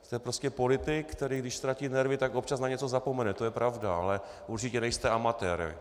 Jste prostě politik, který když ztratí nervy, tak občas na něco zapomene, to je pravda, ale určitě nejste amatér.